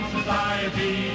Society